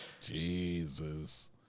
Jesus